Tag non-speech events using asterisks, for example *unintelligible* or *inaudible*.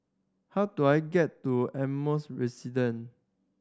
how do I get to Ardmore *unintelligible* Resident